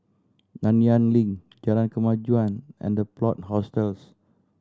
Nanyang Link Jalan Kemajuan and The Plot Hostels